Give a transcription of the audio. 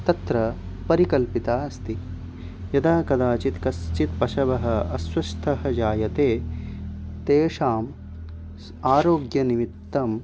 तत्र परिकल्पिता अस्ति यदा कदाचित् कश्चित् पशुः अस्वस्थः जायते तेषां सः आरोग्यनिमित्तं